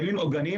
קיימים עוגנים,